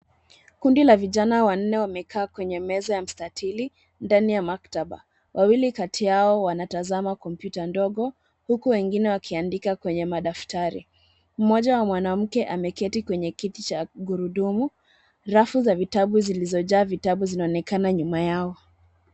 Kundi la vijana wanne wamekaa kwenye meza ya mstatili ndani ya maktaba. Wawili kati yao wanatazama komputa ndogo huku wengine wakiandika kwenye madaftari. Mmoja wa mwanamke ameketi kwenye kiti cha gurudumu, rafu za vitabu zilizojaa vitabu zinaonekana nyuma yao.